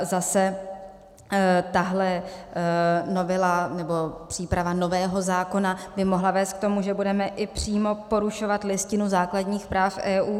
Zase tahle novela, nebo příprava nového zákona by mohla vést k tomu, že budeme i přímo porušovat Listinu základních práv EU.